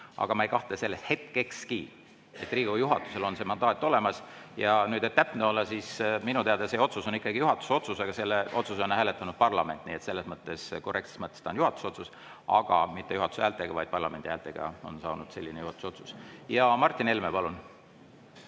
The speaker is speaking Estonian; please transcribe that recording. aga ma ei kahtle selles hetkekski, et Riigikogu juhatusel on see mandaat olemas. Ja nüüd, et täpne olla, siis minu teada see otsus on ikkagi juhatuse otsus, aga selle otsuse üle on hääletanud parlament. Nii et korrektses mõttes see on juhatuse otsus, aga mitte juhatuse häältega, vaid parlamendi häältega on tehtud selline juhatuse otsus. Martin Helme, palun!